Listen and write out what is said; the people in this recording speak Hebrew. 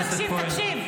תקשיב,